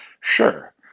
sure